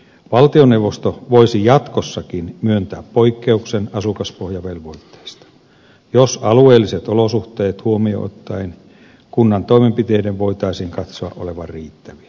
valtioneuvosto voisi jatkossakin myöntää poikkeuksen asukaspohjavelvoitteesta jos alueelliset olosuhteet huomioon ottaen kunnan toimenpiteiden voitaisiin katsoa olevan riittäviä